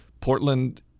Portland